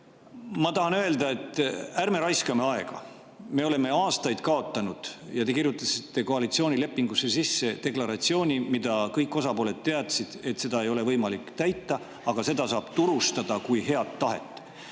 Ma tahan öelda, et ärme raiskame aega. Me oleme ju aastaid kaotanud. Te kirjutasite koalitsioonilepingusse sisse deklaratsiooni, mille puhul kõik osapooled teadsid, et seda ei ole võimalik täita, aga seda saab turustada kui head tahet.